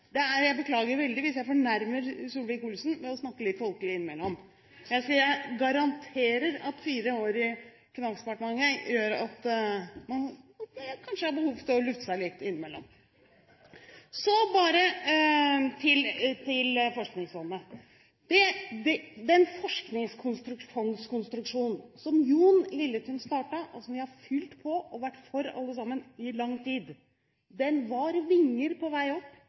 er det. Jeg beklager veldig hvis jeg fornærmer Solvik-Olsen med å snakke litt folkelig innimellom. Jeg garanterer at fire år i Finansdepartementet gjør at man har behov for å lufte seg litt av og til! Så til Forskningsfondet. Den forskningsfondskonstruksjonen som Jon Lilletun startet, og som vi har fylt på, og vært for alle sammen i lang tid, var vinger på vei opp